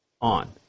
on